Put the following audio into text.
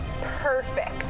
Perfect